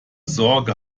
sorge